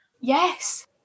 Yes